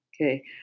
Okay